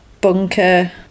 bunker